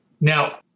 Now